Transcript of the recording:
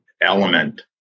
element